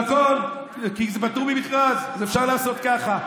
נכון, כי זה פטור ממכרז, אז אפשר לעשות ככה.